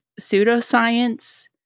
Pseudoscience